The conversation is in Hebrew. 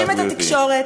להאשים את התקשורת,